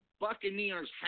Buccaneers